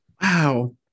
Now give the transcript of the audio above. Wow